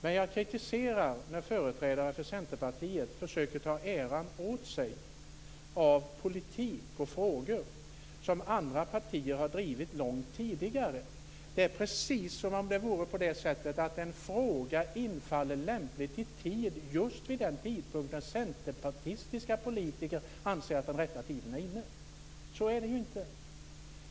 Men jag kritiserar när företrädare för Centerpartiet försöker ta äran åt sig av politik och frågor som andra partier har drivit långt tidigare. Det är precis som om det vore på det sättet att en fråga infaller lämpligt i tid just vid den tidpunkt när centerpartistiska politiker anser att den rätta tiden är inne. Så är det ju inte.